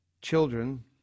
children